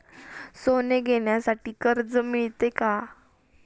सोने घेण्यासाठी कर्ज मिळते का?